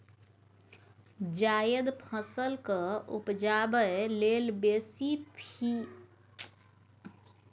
जायद फसल केँ उपजाबै लेल बेसी फिरेशान नहि हुअए परै छै